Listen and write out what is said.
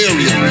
Area